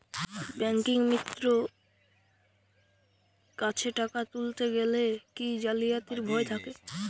ব্যাঙ্কিমিত্র কাছে টাকা তুলতে গেলে কি জালিয়াতির ভয় থাকে?